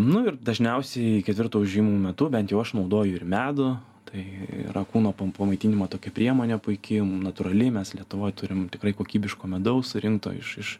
nu ir dažniausiai ketvirto užėjimo metu bent jau aš naudoju ir medų tai yra kūno pom pamaitinimo tokia priemonė puiki natūrali mes lietuvoj turim tikrai kokybiško medaus surinkto iš iš